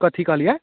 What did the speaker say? कथि कहलियै